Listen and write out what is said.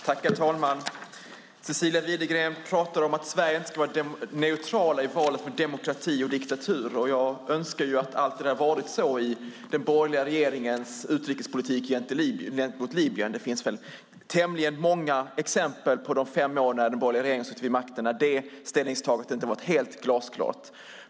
Herr talman! Cecilia Widegren pratar om att Sverige inte ska vara neutralt i valet mellan demokrati och diktatur, och jag önskar att det alltid hade varit så i den borgerliga regeringens utrikespolitik gentemot Libyen. Det finns väl tämligen många exempel under de fem åren då den borgerliga regeringen suttit vid makten på att detta ställningstagande inte varit helt glasklart.